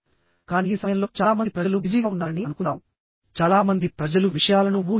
కానీ ఈ సమయంలో చాలా మంది ప్రజలు బిజీగా ఉన్నారని అనుకుందాం చాలా మంది ప్రజలు విషయాలను ఊహిస్తారు